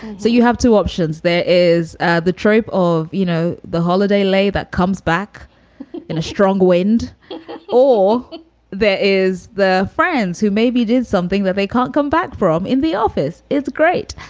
so you have two options. there is ah the trope of, you know, the holiday labor comes back in a strong wind or there is the friends who maybe did something that they can't come back from in the office is great.